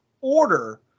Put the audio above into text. order